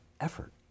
effort